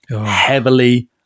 heavily